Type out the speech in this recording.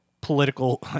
political